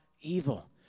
evil